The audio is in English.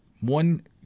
one